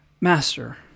Master